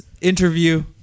interview